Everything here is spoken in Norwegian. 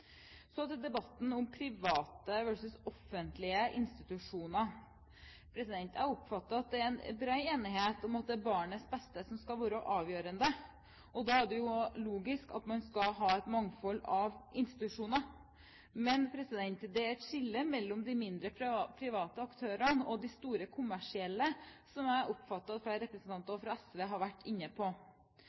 Så til debatten om private versus offentlige institusjoner. Jeg oppfatter at det er en bred enighet om at det er barnets beste som skal være avgjørende. Da er det logisk at man skal ha et mangfold av institusjoner. Men det er et skille mellom de mindre, private aktørene og de store kommersielle, som jeg oppfatter at også flere representanter fra SV har vært inne på.